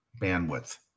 bandwidth